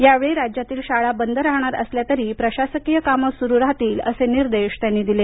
यावेळी राज्यातील शाळा बंद राहणार असल्या तरी प्रशासकीय कामं सुरू राहतील असे निर्देश त्यांनी दिले